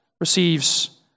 receives